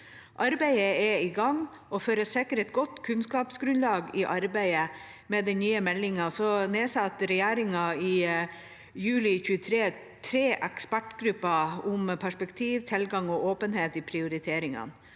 Arbeidet er i gang, og for å sikre et godt kunnskapsgrunnlag i arbeidet med den nye meldingen nedsatte regjeringen i juli 2023 tre ekspertgrupper om perspektiv, tilgang og åpenhet i prioriteringene.